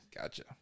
Gotcha